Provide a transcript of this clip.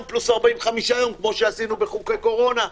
פלוס 45 יום כמו שעשינו בחוק הקורונה,